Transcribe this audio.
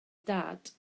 dad